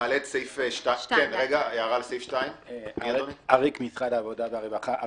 אריק טייב, משרד העבודה והרווחה.